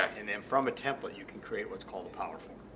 and then from a template you can create what's called a powerform.